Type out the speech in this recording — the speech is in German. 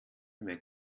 mehr